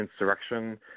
insurrection